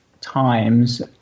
times